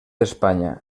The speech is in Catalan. espanya